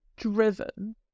driven